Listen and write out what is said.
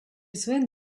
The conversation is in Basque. zuen